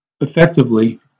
effectively